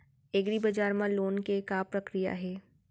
एग्रीबजार मा लोन के का प्रक्रिया हे?